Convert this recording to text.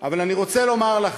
אבל אני רוצה לומר לכם: